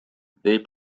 they